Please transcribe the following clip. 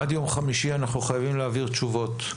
עד יום חמישי אנחנו חייבים להעביר תשובות.